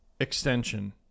extension